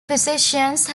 physicians